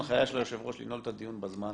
יש הנחיה של היושב-ראש לנעול את הדיון בזמן,